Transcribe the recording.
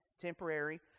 temporary